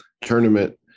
tournament